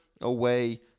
away